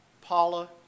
Paula